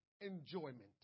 enjoyment